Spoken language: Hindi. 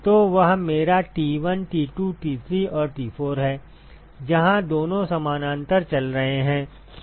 तो वह मेरा T1 T2 T3 और T4 है जहां दोनों समानांतर चल रहे हैं